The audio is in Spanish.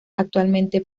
actualmente